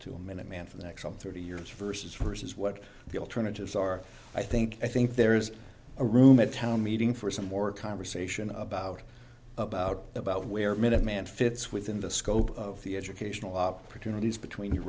to a minute man for the next thirty years versus first as what the alternatives are i think i think there's a room at town meeting for some more conversation about about about where minuteman fits within the scope of the educational opportunities between